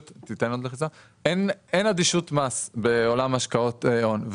מס; אין אדישות מס בעולם השקעות ההון.